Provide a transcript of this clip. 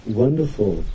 wonderful